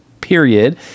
period